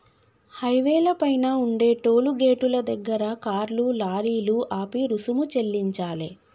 హైవేల పైన ఉండే టోలు గేటుల దగ్గర కార్లు, లారీలు ఆపి రుసుము చెల్లించాలే